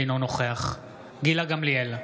אינו נוכח גילה גמליאל,